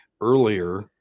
earlier